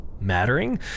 mattering